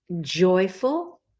Joyful